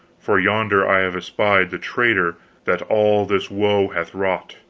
for yonder i have espied the traitor that all this woe hath wrought.